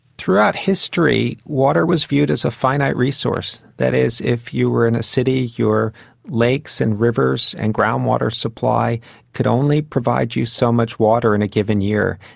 throughout history water was viewed as a finite resource. resource. that is, if you were in a city, your lakes and rivers and groundwater supply could only provide you so much water in a given year,